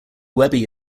webby